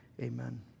Amen